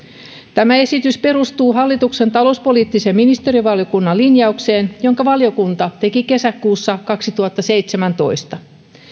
tämä esitys perustuu hallituksen talouspoliittisen ministeriövaliokunnan linjaukseen jonka valiokunta teki kesäkuussa kaksituhattaseitsemäntoista